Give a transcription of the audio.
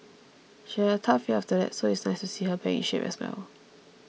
she had a tough year after that so it's nice to see her back in shape as well